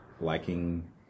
liking